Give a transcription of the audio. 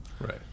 Right